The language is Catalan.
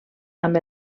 amb